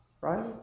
right